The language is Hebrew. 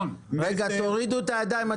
תורידו את הידיים.